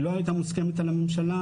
היא לא הייתה מוסכמת על הממשלה.